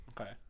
Okay